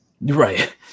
Right